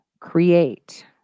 create